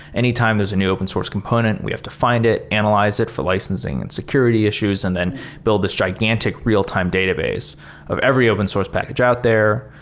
any time there's a new open source component, we have to find it, analyze it for licensing and security issues and then build this gigantic real time database of every open source package out there.